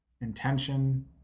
intention